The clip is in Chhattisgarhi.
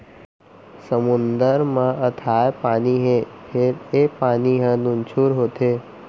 समुद्दर म अथाह पानी हे फेर ए पानी ह नुनझुर होथे